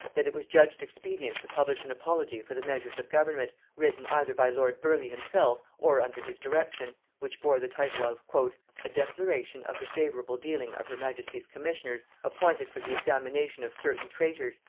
that it was judged expedient to publish an apology for the measures of government, written either by lord burleigh himself or under his direction, which bore the title of a declaration of the favorable dealing of her majesty's commissioners appointed for the examination of certain traitors,